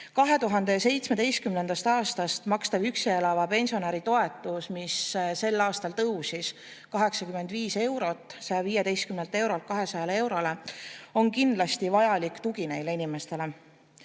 2017. aastast makstav üksi elava pensionäri toetus, mis sel aastal tõusis 85 eurot, 115 eurolt 200 eurole, on kindlasti vajalik tugi neile inimestele.